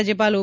રાજ્યપાલ ઓ